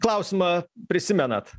klausimą prisimenat